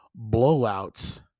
Blowouts